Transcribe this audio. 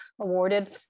awarded